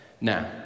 Now